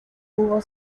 hubo